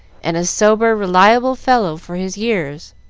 and a sober, reliable fellow for his years.